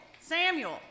Samuel